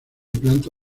planta